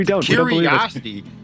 Curiosity